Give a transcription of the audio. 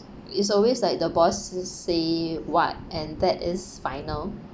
is always like the bosses say what and that is final